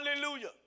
Hallelujah